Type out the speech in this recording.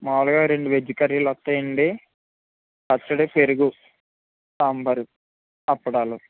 మామూలుగా రెండు వెజ్ కర్రీలు వస్తాయండి పచ్చడి పెరుగు సాంబారు అప్పడాలు